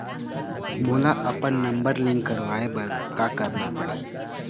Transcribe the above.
मोला अपन number link करवाये बर का करना पड़ही?